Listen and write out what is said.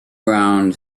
around